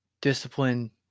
discipline